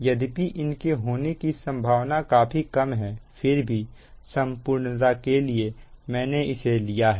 यद्यपि इनकी होने की संभावना काफी कम है फिर भी संपूर्णता के लिए मैंने इसे लिया है